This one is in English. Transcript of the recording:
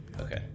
okay